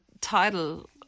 title